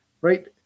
right